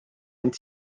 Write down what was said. end